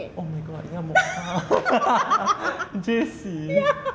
oh my god ya mokhtar J_C